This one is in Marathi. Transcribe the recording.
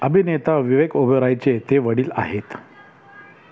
अभिनेता विवेक ओबेरायचे ते वडील आहेत